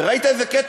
וראית איזה קטע?